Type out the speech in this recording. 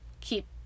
keep